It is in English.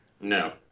No